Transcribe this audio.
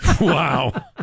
Wow